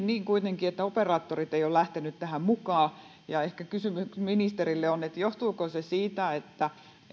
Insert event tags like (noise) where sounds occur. (unintelligible) niin että operaattorit eivät ole lähteneet tähän mukaan ja ehkä kysymys ministerille on se johtuuko se siitä että nämä